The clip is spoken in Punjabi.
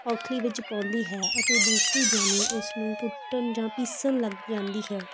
ਔਖਲੀ ਵਿੱਚ ਪਾਉਂਦੀ ਹੈ ਅਤੇ ਦੂਸਰੀ ਜਣੀ ਉਸਨੂੰ ਕੁੱਟਣ ਜਾਂ ਪੀਸਣ ਲੱਗ ਜਾਂਦੀ ਹੈ